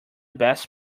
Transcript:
best